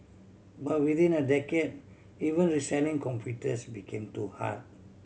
but within a decade even reselling computers became too hard